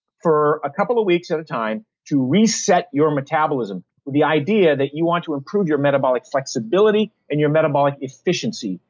for a couple of weeks at a time, to reset your metabolism, with the idea that you want to improve your metabolic flexibility and your metabolic efficiency.